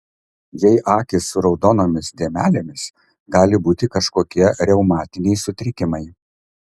jei akys su raudonomis dėmelėmis gali būti kažkokie reumatiniai sutrikimai